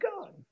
God